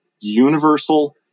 universal